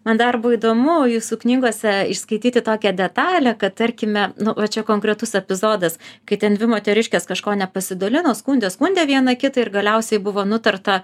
man dar buvo įdomu jūsų knygose išskaityti tokią detalę kad tarkime nu va čia konkretus epizodas kai ten dvi moteriškės kažko nepasidalino skundė skundė viena kitą ir galiausiai buvo nutarta